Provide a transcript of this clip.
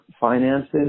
finances –